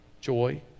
joy